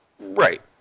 Right